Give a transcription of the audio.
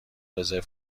رزرو